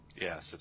Yes